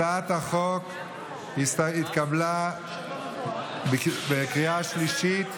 הצעת החוק התקבלה בקריאה שלישית.